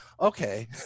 okay